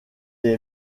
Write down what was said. est